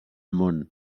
món